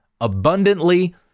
abundantly